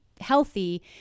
healthy